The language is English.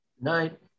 night